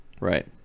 Right